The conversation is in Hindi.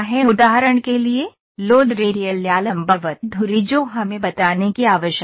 उदाहरण के लिए लोड रेडियल या लम्बवत धुरी जो हमें बताने की आवश्यकता है